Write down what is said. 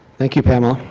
thank you, pamela.